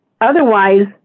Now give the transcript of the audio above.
Otherwise